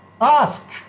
Ask